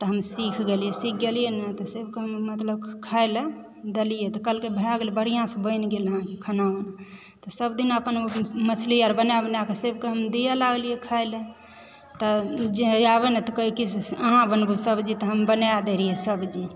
त हम सिख गेलियै सिख गेलियै नऽ सबकेँ मतलब खाइ लऽ देलियै तऽ कहलकै भए गेलय बढ़िआँसँ बनि गेल हन खाना तऽ सभ दिन अपन मछलीआर बना बनाके सभकेँ हम दिअ लागलियै खाय लऽ तऽ जे आबय नऽ त कहै की अहाँ बनबु सब्जी तऽ हम बना दय रहिए सब्जी तऽ हम सिख गेलियै सिख गेलियै